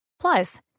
Plus